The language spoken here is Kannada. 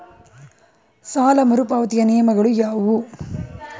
ಸಾಲ ಮರುಪಾವತಿಯ ನಿಯಮಗಳು ಯಾವುವು?